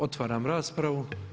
Otvaram raspravu.